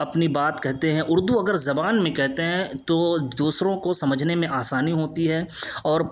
اپنی بات کہتے ہیں اردو اگر زبان میں کہتے ہیں تو دوسروں کو سمجھنے میں آسانی ہوتی ہے اور